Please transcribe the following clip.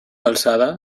alçada